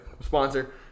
sponsor